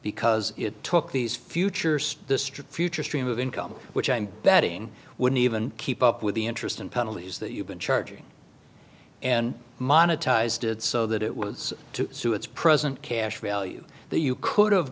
because it took these future state district future stream of income which i'm betting wouldn't even keep up with the interest and penalties that you've been charging and monetise did so that it was to sue its present cash value that you could have